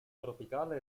tropicale